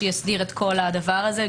שיסדיר את כל הדבר הזה,